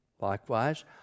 Likewise